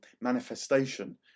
manifestation